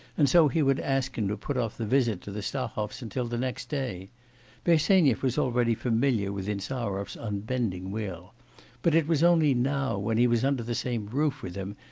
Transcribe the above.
and so he would ask him to put off the visit to the stahovs and till next day bersenyev was already familiar with insarov's unbending will but it was only now when he was under the same roof with him,